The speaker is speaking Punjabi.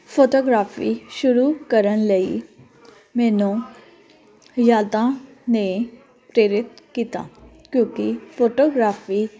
ਫੋਟੋਗਰਾਫੀ ਸ਼ੁਰੂ ਕਰਨ ਲਈ ਮੈਨੂੰ ਯਾਦਾਂ ਨੇ ਪ੍ਰੇਰਿਤ ਕੀਤਾ ਕਿਉਂਕਿ ਫੋਟੋਗ੍ਰਾਫੀ